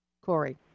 Corey